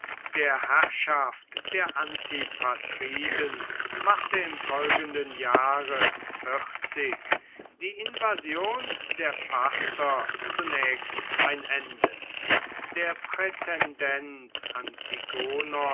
der herrschaft der antipatriden machte im folgenden jahre vierzig die invasion der parther zunächst ein ende der prätendent antigonos